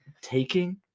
taking